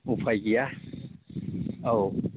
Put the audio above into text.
उफाय गैया औ